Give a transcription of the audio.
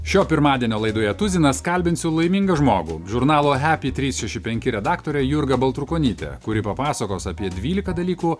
šio pirmadienio laidoje tuzinas kalbinsiu laimingą žmogų žurnalo hepi trys šeši penki redaktorė jurga baltrukonytė kuri papasakos apie dvyliką dalykų